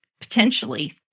potentially